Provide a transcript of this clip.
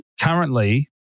currently